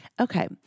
okay